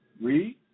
Read